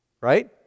Right